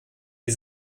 die